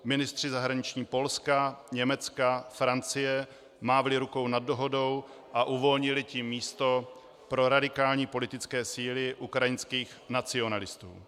Ministři zahraničí Polska, Německa, Francie mávli rukou nad dohodou a uvolnili tím místo pro radikální politické síly ukrajinských nacionalistů.